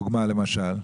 דוגמה למשל?